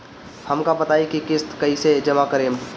हम का बताई की किस्त कईसे जमा करेम?